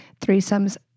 Threesomes